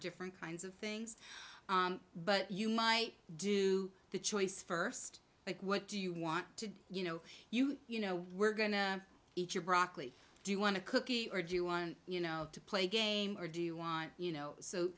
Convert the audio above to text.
different kinds of things but you might do the choice first like what do you want to you know you you know we're going to eat your broccoli do you want a cookie or do you want to play a game or do you want you know so